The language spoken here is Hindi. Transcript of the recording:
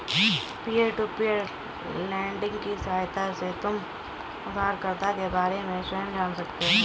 पीयर टू पीयर लेंडिंग की सहायता से तुम उधारकर्ता के बारे में स्वयं जान सकते हो